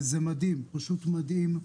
וזה פשוט מדהים.